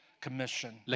commission